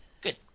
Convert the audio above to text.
Good